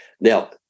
Now